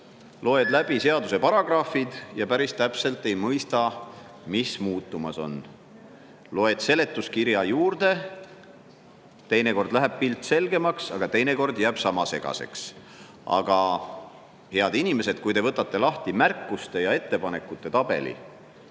loed läbi seaduse paragrahvid, aga päris täpselt ei mõista, mis muutumas on. Loed seletuskirja – teinekord läheb pilt selgemaks, teinekord jääb sama segaseks. Aga, head inimesed, kui te võtate lahti märkuste ja ettepanekute tabeli,